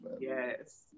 Yes